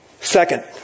second